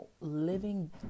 living